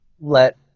let